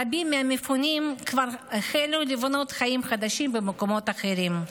רבים מהמפונים כבר החלו לבנות חיים חדשים במקומות אחרים.